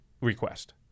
request